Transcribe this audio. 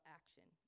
action